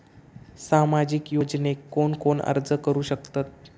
सामाजिक योजनेक कोण कोण अर्ज करू शकतत?